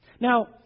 Now